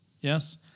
Yes